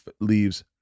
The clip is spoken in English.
leaves